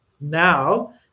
now